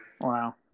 Wow